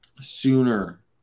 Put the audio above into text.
sooner